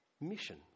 mission